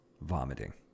vomiting